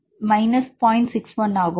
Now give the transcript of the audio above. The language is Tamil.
61 ஆகும்